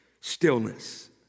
Stillness